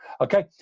Okay